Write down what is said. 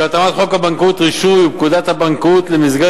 התאמת חוק הבנקאות (רישוי) ופקודת הבנקאות למסגרת